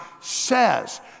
says